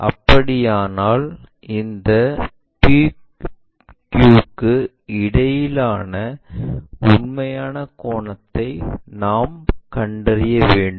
அப்படியானால் இந்த PQ க்கு இடையிலான உண்மையான கோணத்தை நாம் கண்டறிய வேண்டும்